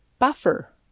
buffer